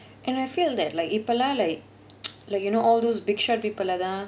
and I feel that like இப்போல்லாம்:ippolaam like like you know all those big shot people அதான்:athaan